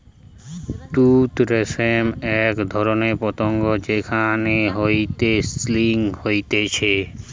তুত রেশম এক ধরণের পতঙ্গ যেখান হইতে সিল্ক হতিছে